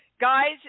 guys